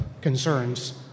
concerns